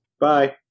Bye